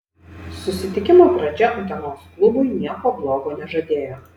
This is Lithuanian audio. susitikimo pradžia utenos klubui nieko blogo nežadėjo